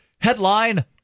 headline